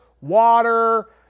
water